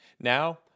Now